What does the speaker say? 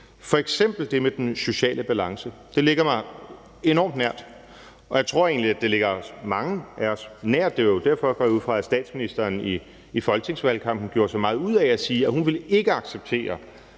f.eks. det med den sociale balance. Det ligger mig enormt nær, og jeg tror egentlig, det ligger mange af os nær. Det var jo derfor, går jeg ud fra, at statsministeren i folketingsvalgkampen gjorde så meget ud af at sige, at hun ikke ville acceptere,